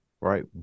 right